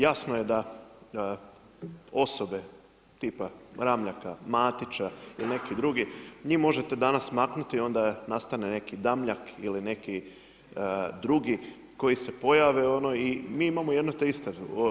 Jasno je da osobe tipa Ramljaka, Matića i neki drugi njih možete danas maknuti i onda nastane neki Damljak ili neki drugi koji se pojave i mi jedno te isto.